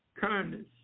kindness